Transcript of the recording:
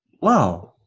Wow